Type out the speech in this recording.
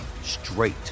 straight